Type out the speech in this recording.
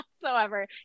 whatsoever